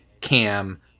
cam